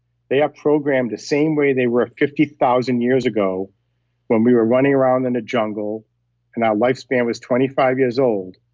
they are programmed the same way they were fifty thousand years ago when we were running around in the jungle and our lifespan was twenty five years old.